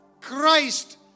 Christ